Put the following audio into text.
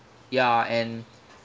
ya and